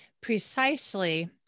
precisely